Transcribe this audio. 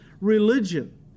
religion